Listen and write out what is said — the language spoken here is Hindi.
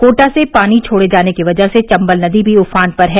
कोटा से पानी छोड़े जाने की वजह से चम्बल नदी भी उफान पर है